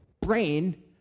brain